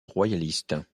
royalistes